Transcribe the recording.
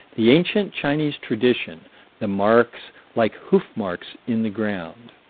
the ancient chinese tradition the marks like hoof marks in the ground.